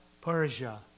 Persia